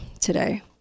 today